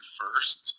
first